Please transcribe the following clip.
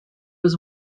was